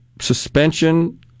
suspension